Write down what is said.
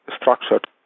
structured